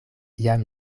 jam